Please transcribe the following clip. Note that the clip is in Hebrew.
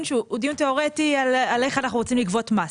שהוא דיו תיאורטי על איך אנחנו רוצים לגבות מס.